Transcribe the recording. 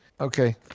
Okay